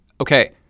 Okay